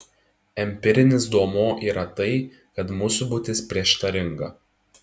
empirinis duomuo yra tai kad mūsų būtis prieštaringa